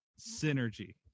synergy